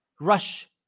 rush